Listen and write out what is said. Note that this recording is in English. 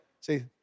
See